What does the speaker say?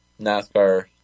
NASCAR